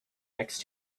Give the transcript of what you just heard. next